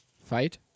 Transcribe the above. Fight